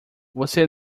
você